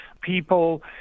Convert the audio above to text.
People